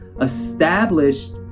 established